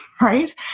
right